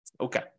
Okay